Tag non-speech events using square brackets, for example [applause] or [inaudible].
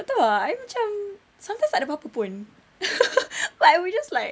tak tahu ah I macam sometimes tak ada pape pun [laughs] I will just like